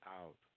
out